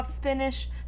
Finish